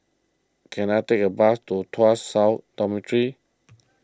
can I take a bus to Tuas South Dormitory